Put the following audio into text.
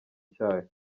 cyayo